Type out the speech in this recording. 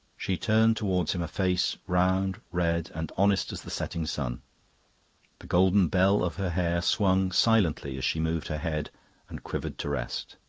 she turned towards him a face, round, red, and honest as the setting sun the golden bell of her hair swung silently as she moved her head and quivered to rest.